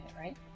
right